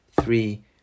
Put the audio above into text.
three